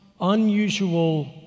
unusual